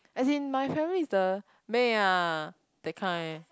as in my family is the meh ah that kind